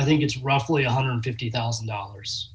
i think it's roughly one hundred and fifty thousand dollars